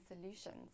solutions